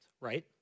right